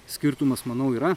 skirtumas manau yra